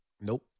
Nope